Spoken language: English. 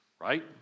right